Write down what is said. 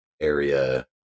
area